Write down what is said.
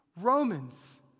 Romans